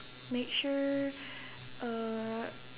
make sure uh